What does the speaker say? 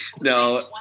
No